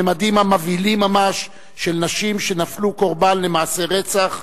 הממדים המבהילים ממש של נשים שנפלו קורבן למעשי רצח,